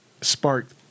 sparked